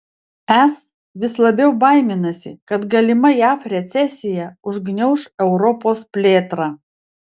es vis labiau baiminasi kad galima jav recesija užgniauš europos plėtrą